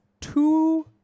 two